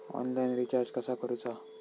Online recharge कसा करूचा?